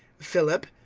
philip,